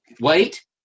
Wait